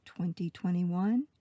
2021